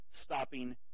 Stopping